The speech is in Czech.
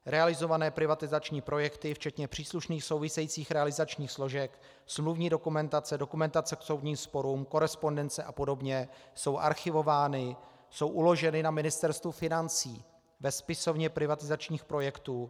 Realizované privatizační projekty včetně příslušných souvisejících realizačních složek, smluvní dokumentace, dokumentace k soudním sporům, korespondence a podobně jsou archivovány, jsou uloženy na Ministerstvu financí ve spisovně privatizačních projektů.